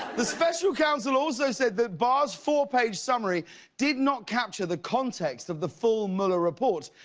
the special counsel also said that barr's four page summary did not capture the context of the full mueller report.